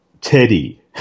Teddy